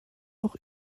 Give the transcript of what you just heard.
auch